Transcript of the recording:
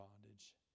bondage